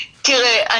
תראה,